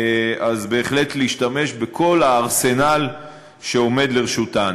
אז בהחלט להשתמש בכל הארסנל שעומד לרשותו.